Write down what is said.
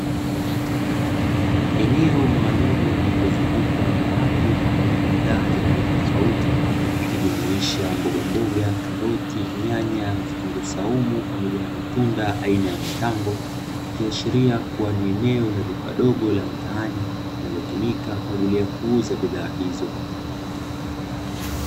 Eneo maalumu lililozungukwa na watu pamoja na bidhaa za aina tofauti ikijumuisha mboga mboga, karoti pamoja na nyanya, vitunguu swaumu na matunda aina ya matango ikiashiria kuwa ni eneo la duka dogo la mtaani linalotumika kwa ajili ya kuuza bidhaa hizo.